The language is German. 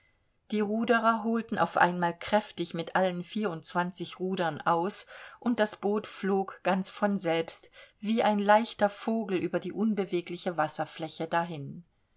die ruderer holten auf einmal kräftig mit allen vierundzwanzig rudern aus und das boot flog ganz von selbst wie ein leichter vogel über die unbewegliche wasserfläche dahin